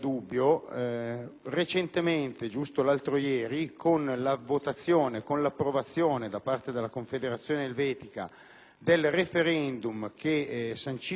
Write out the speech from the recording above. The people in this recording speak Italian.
del *referendum* che sancisce definitivamente la sottoscrizione dei cosiddetti patti bilaterali tra Svizzera e Comunità europea,